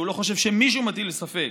שהוא לא חושב שמישהו מטיל ספק